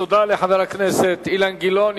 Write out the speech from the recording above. תודה לחבר הכנסת אילן גילאון.